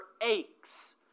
aches